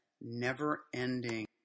never-ending